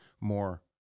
more